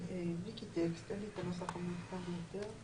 אין לי את הנוסח המוקדם יותר.